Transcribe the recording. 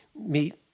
meet